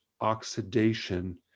oxidation